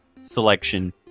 selection